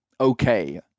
okay